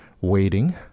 waiting